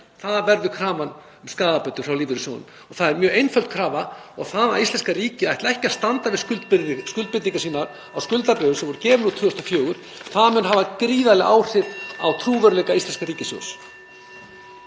Það verður krafan um skaðabætur frá lífeyrissjóðunum og það er mjög einföld krafa og það að íslenska ríkið ætli ekki að standa við skuldbindingar sínar á skuldabréfum sem voru gefin út 2004 mun hafa gríðarleg áhrif á trúverðugleika íslenska ríkissjóðsins.